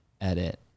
edit